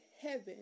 heaven